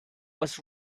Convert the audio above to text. was